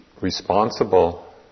responsible